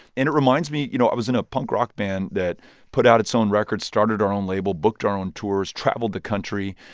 and it reminds me, you know, i was in a punk rock band that put out its own record, started our own label, booked our own tours, traveled the country.